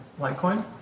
Litecoin